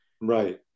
right